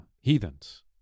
heathens